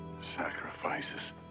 Sacrifices